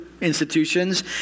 institutions